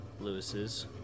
Lewis's